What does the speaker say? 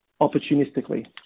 opportunistically